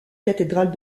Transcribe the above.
cathédrale